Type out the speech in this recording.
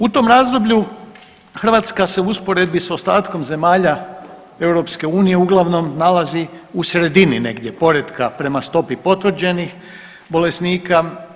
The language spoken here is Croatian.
U tom razdoblju Hrvatska se u usporedbi s ostatkom zemalja EU uglavnom nalazi u sredini negdje poretka prema stopi potvrđenih bolesnika.